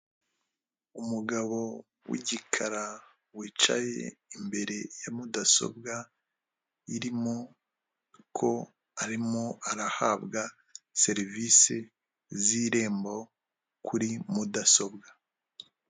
Umugabo w'igikara wicaye imbere ya mudasobwa irimo ko arimo arahabwa serivisi z'Irembo kuri mudasobwa.